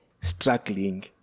struggling